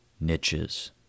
niches